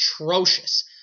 atrocious